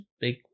big